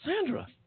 Sandra